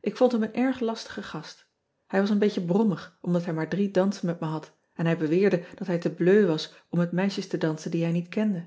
k vond hem ean ebster adertje angbeen een erg lastigen gast ij was een beetje brommig omdat hij maar drie dansen met me had en hij beweerde dat hij te bleu was om met meisjes te dansen die hij niet kende